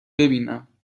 ببینم